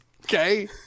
Okay